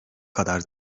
kadar